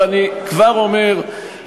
ואני כבר אומר,